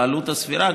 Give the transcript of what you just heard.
בעלות הסבירה,